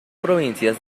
provincias